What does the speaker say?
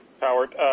Howard